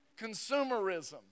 consumerism